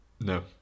No